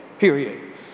Period